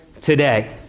today